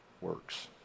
works